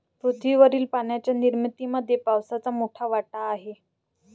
पृथ्वीवरील पाण्याच्या निर्मितीमध्ये पावसाचा मोठा वाटा आहे